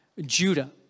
Judah